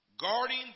Guarding